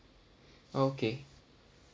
okay